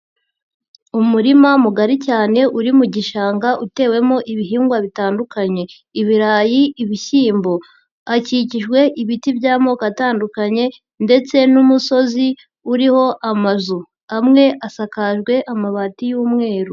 Umurima mugari cyane uri mu gishanga utewemo ibihingwa bitandukanye: ibirayi, ibishyimbo. Hakikijwe ibiti by'amoko atandukanye ndetse n'umusozi uriho amazu. Amwe asakajwe amabati y'umweru.